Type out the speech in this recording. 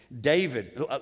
David